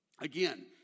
Again